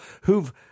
who've